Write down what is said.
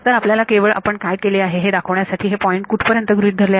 तर आपल्याला केवळ आपण काय केले आहे ते दाखवण्यासाठी हे पॉइंट कुठपर्यंत गृहीत धरले आहेत